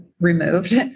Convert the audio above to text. removed